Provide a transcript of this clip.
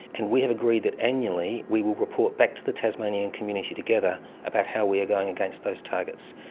and we have agreed that annually we will report back to the tasmanian community together about how we are going against those targets.